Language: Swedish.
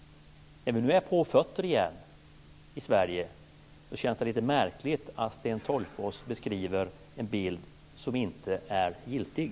När vi nu är på fötter igen i Sverige känns det lite märkligt att Sten Tolgfors beskriver en bild som inte är giltig.